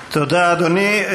תודה, אדוני.